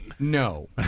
No